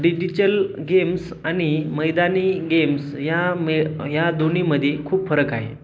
डिजिचल games आणि मैदानी games या मे या दोन्हीमध्ये खूप फरक आहे